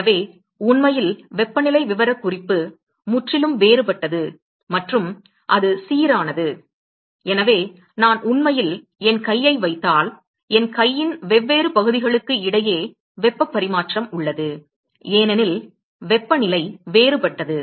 எனவே உண்மையில் வெப்பநிலை விவரக்குறிப்பு முற்றிலும் வேறுபட்டது மற்றும் அது சீரானது எனவே நான் உண்மையில் என் கையை வைத்தால் என் கையின் வெவ்வேறு பகுதிகளுக்கு இடையே வெப்ப பரிமாற்றம் உள்ளது ஏனெனில் வெப்பநிலை வேறுபட்டது